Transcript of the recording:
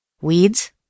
Weeds